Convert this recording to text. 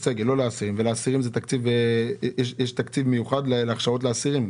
יש תקציב מיוחד להכשרות לאסירים?